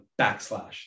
backslash